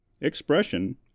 expression